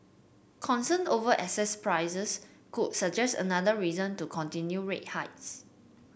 concern over asset prices could suggest another reason to continue rate hikes